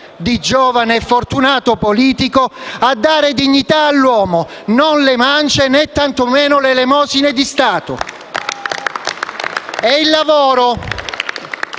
di giovane e fortunato politico, a dare dignità all'uomo, non le mance, né tanto meno le elemosine di Stato. *(Applausi